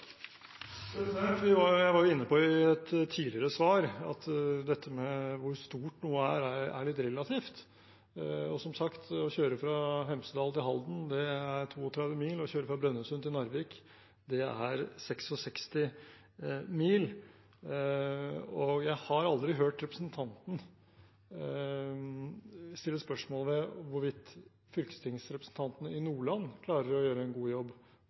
Jeg var inne på i et tidligere svar at dette med hvor stort noe er, er litt relativt. Som sagt, å kjøre fra Hemsedal til Halden er 32 mil, å kjøre fra Brønnøysund til Narvik er 66 mil, og jeg har aldri hørt representanten stille spørsmål ved hvorvidt fylkestingsrepresentantene i Nordland klarer å gjøre en god jobb